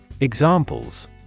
Examples